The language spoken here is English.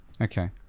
Okay